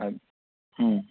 ಅದು ಹ್ಞೂ